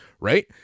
right